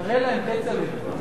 תראה להם, כצל'ה.